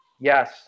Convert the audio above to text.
Yes